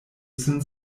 sin